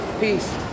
Peace